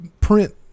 print